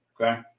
Okay